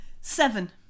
Seven